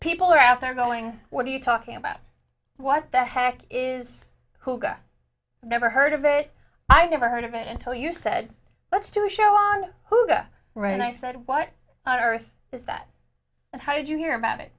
people are out there going what are you talking about what the heck is who never heard of it i've never heard of it until you said let's do a show on right and i said why on earth is that and how did you hear about it